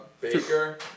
Baker